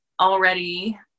already